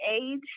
age